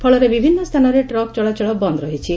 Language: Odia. ଫଳରେ ବିଭିନ୍ନ ସ୍ଥାନରେ ଟ୍ରକ୍ ଚଳାଚଳ ବନ୍ଦ ରହିଛି